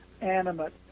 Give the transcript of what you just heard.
animate